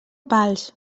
pals